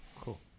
Cool